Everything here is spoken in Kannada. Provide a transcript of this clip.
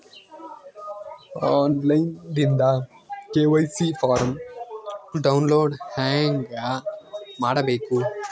ಆನ್ ಲೈನ್ ದಿಂದ ಕೆ.ವೈ.ಸಿ ಫಾರಂ ಡೌನ್ಲೋಡ್ ಹೇಂಗ ಮಾಡಬೇಕು?